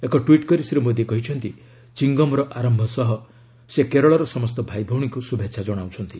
ଏକ ଟ୍ୱିଟ୍ କରି ଶ୍ରୀ ମୋଦି କହିଛନ୍ତି ଚିଙ୍ଗମ୍ର ଆରମ୍ଭ ସହ ସେ କେରଳର ସମସ୍ତ ଭାଇଭଉଣୀଙ୍କୁ ଶୁଭେଚ୍ଛା ଜଣାଉଚ୍ଚନ୍ତି